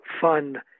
fun